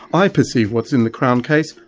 i perceive what's in the crown case,